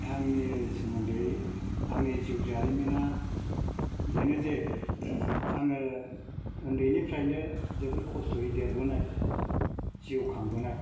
आंनि सोमोन्दै आंनि जिउ जारिमिना बेनो जे आङो उन्दैनिफ्रायनो जोबोद खस्थ'यै देरबोनाय जिउ खांबोनाय